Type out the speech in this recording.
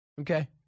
Okay